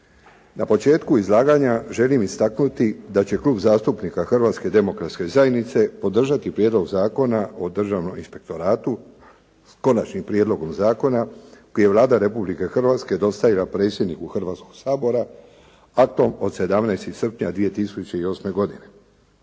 Na početku izlaganja želim istaknuti da će Klub zastupnika Hrvatske demokratske zajednice podržati Prijedlog Zakona o Državnom inspektoratu s konačnim prijedlogom zakona koji je Vlada Republike Hrvatske dostavila predsjedniku Hrvatskog sabora aktom od 17. srpnja 2008. godine.